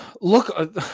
look